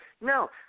No